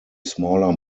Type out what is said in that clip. smaller